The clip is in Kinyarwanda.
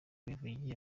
yivugiye